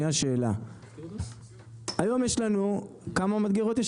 היום כמה מדגרות יש?